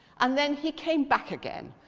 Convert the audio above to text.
and then he came back again,